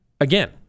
again